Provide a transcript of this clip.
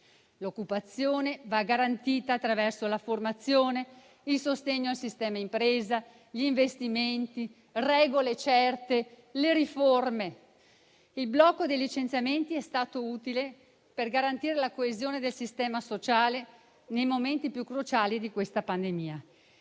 L'occupazione va garantita attraverso la formazione, il sostegno al sistema impresa, gli investimenti, regole certe, le riforme. Il blocco dei licenziamenti è stato utile per garantire la coesione del sistema sociale nei momenti più cruciali di questa pandemia.